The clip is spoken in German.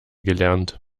gelernt